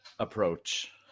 approach